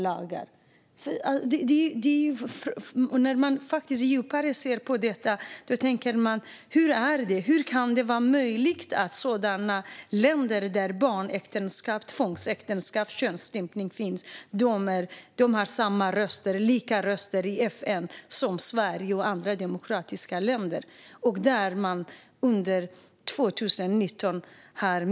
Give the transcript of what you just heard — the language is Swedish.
När man ser djupare på detta tänker man: Hur kan det vara möjligt att sådana länder där barnäktenskap, tvångsäktenskap och könsstympning finns, och som 2019 har medeltida lagstiftningar, har samma röst i FN som Sverige och andra demokratiska länder?